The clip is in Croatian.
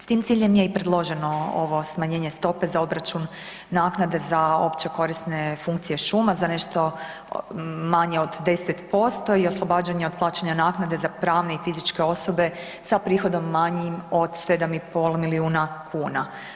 S tim ciljem je i predloženo ovo smanjenje stope za obračun naknade za opće korisne funkcije šuma za nešto manje od 10% i oslobađanja od plaćanja naknade za pravne i fizičke osobe sa prihodom manjim od 7,5 milijuna kuna.